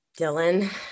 Dylan